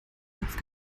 kopf